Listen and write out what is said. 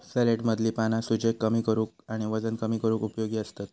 सॅलेडमधली पाना सूजेक कमी करूक आणि वजन कमी करूक उपयोगी असतत